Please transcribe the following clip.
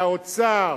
והאוצר